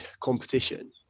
competition